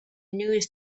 news